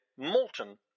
molten